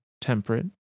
temperate